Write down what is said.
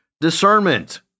discernment